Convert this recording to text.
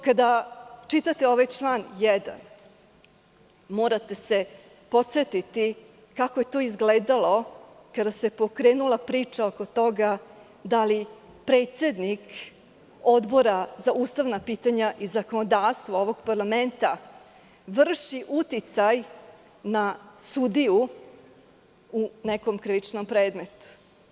Kada čitate član 1. morate se podsetiti kako je to izgledalo kada se pokrenula priča oko toga da li predsednik Odbora za ustavna pitanja i zakonodavstvo ovog parlamenta vrši uticaj na sudiju u nekom krivičnom predmetu.